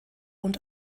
und